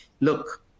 look